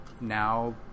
now